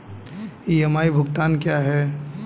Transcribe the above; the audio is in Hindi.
ई.एम.आई भुगतान क्या है?